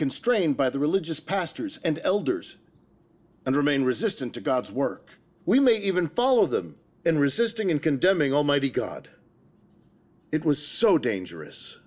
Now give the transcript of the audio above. constrained by the religious pastors and elders and remain resistant to god's work we may even follow them in resisting and condemning almighty god it was so dangerous